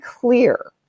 clear